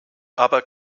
aber